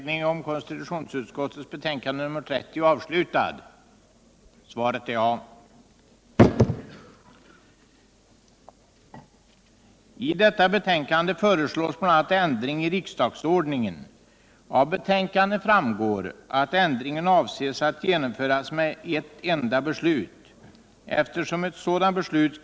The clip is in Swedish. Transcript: I detta moment föreslås bl.a. ändring i riksdagsordningen. Av betänkandet framgår att ändringen avses att genomföras med ett enda beslut.